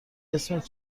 اسمت